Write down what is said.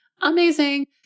Amazing